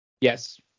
Yes